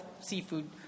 seafood